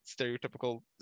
Stereotypical